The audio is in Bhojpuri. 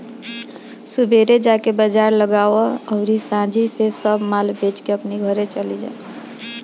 सुबेरे जाके बाजार लगावअ अउरी सांझी से सब माल बेच के अपनी घरे चली जा